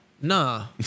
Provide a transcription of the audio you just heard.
Nah